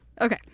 Okay